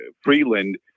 Freeland